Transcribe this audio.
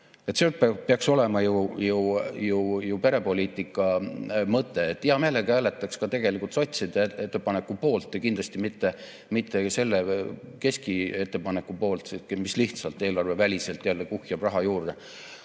See peaks olema ju perepoliitika mõte. Hea meelega hääletaks ka tegelikult sotside ettepaneku poolt ja kindlasti mitte selle keski ettepaneku poolt, mis lihtsalt eelarveväliselt jälle kuhjab raha juurde.